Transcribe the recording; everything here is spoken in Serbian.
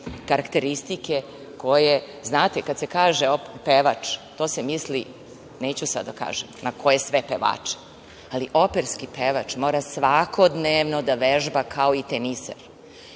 karakteristike. Znate, kada se kaže pevač, to se misli neću sad da kažem na koje sve pevače, ali operski pevač mora svakodnevno da vežba kao i teniser